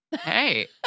Hey